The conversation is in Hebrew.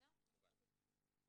אני רוצה להתייחס.